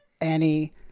Annie